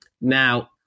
Now